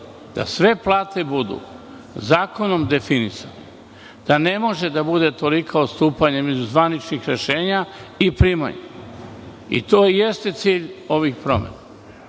da sve plate budu zakonom definisane. Da ne može da bude toliko odstupanja između zvaničnih rešenja i primanja. To i jeste cilj ovih promena.